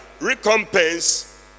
recompense